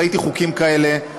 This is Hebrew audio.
ראיתי חוקים כאלה,